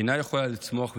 אינה יכולה לצמוח ולהתפתח.